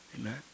Amen